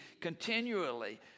continually